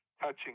touching